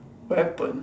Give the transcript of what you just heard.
weapon